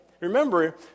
Remember